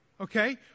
Okay